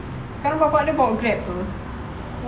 sekarang bapa dia bawa grab [pe]